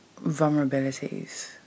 vulnerabilities